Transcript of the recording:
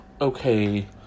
okay